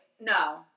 No